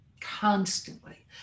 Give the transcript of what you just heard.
constantly